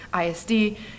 ISD